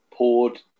poured